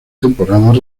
temporadas